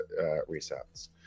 resets